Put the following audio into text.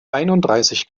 einunddreißig